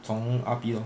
从 R_P lor